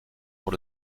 pour